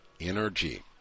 energy